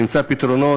נמצא פתרונות.